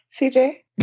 cj